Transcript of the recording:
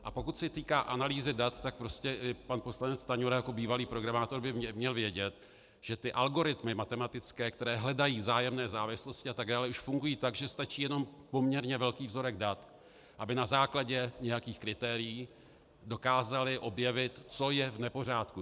A pokud se týká analýzy dat, tak prostě i pan poslanec Stanjura jako bývalý programátor by měl vědět, že ty matematické algoritmy, které hledají vzájemné závislosti atd., už fungují tak, že stačí jenom poměrně velký vzorek dat, aby na základě nějakých kritérií dokázaly objevit, co je v nepořádku.